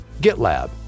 GitLab